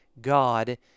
God